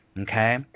Okay